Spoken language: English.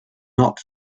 not